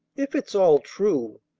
if it's all true,